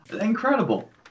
Incredible